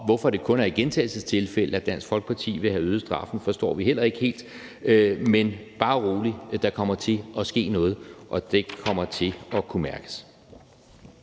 hvorfor det kun er i gentagelsestilfælde, Dansk Folkeparti vil have øget straffen, forstår vi heller ikke helt. Men bare rolig, der kommer til at ske noget, og det kommer til at kunne mærkes.